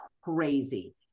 crazy